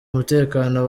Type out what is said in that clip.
umutekano